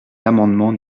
l’amendement